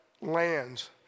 lands